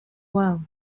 well